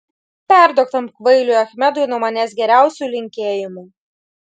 perduok tam kvailiui achmedui nuo manęs geriausių linkėjimų